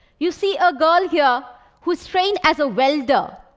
you see a girl here who trained as a welder.